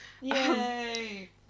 Yay